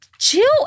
chill